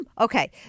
okay